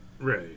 Right